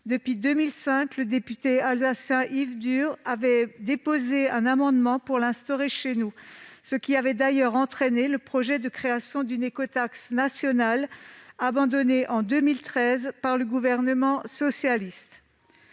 Dès 2005, le député alsacien Yves Bur avait déposé un amendement pour l'instaurer chez nous, ce qui avait d'ailleurs entraîné le projet de création d'une écotaxe nationale, abandonné en 2013 par le gouvernement socialiste.